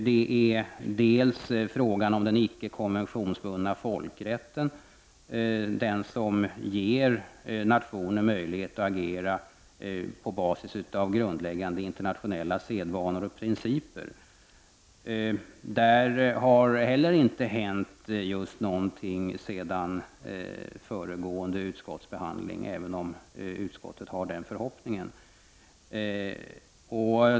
Det är dels frågan om den icke konventionsbundna folkrätten, den som ger nationer möjlighet att agera på basis av grundläggande internationella sedvanor och principer. På det området har det heller inte hänt just någonting sedan föregående utskottsbehandling, även om utskottet har den förhoppningen.